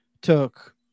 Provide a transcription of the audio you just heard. took